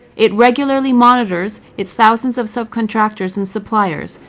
it regularly monitors its thousands of subcontractors and suppliers,